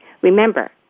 Remember